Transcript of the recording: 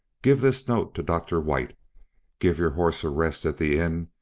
give this note to dr. white give your horse a rest at the inn,